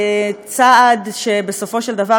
צעד שבסופו של דבר,